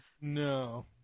No